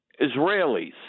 Israelis